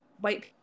white